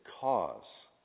cause